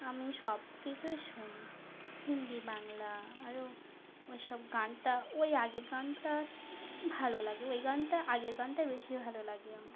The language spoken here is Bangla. আমি সব কিছুই শুনি হিন্দি বাংলা আরো ওই সব গানটা ওই আগের গানটা ভালো লাগে ওই গানটা আগের গানটাই বেশি ভালো লাগে আমার